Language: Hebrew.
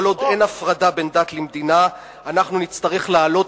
כל עוד אין הפרדה בין דת למדינה אנחנו נצטרך לעלות